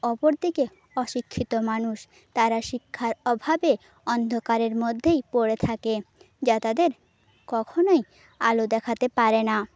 অপর দিকে অশিক্ষিত মানুষ তারা শিক্ষার অভাবে অন্ধকারের মধ্যেই পড়ে থাকে যা তাদের কখনোই আলো দেখাতে পারে না